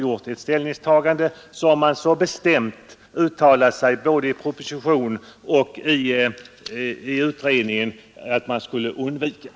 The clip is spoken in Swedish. gjort ett ställningstaganade som enligt så bestämda uttalanden både i propositionen och i utredningen skulle undvikas.